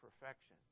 perfection